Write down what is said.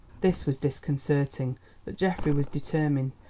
this was disconcerting, but geoffrey was determined,